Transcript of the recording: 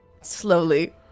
Slowly